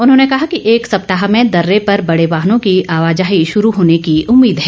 उन्होंने कहा कि एक सप्ताह में दर्रे पर बड़े वाहनों की आवाजाही शुरू होने की उम्मीद है